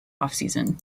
offseason